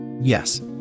Yes